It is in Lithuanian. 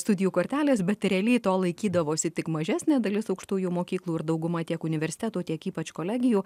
studijų kortelės bet realiai to laikydavosi tik mažesnė dalis aukštųjų mokyklų ir dauguma tiek universitetų tiek ypač kolegijų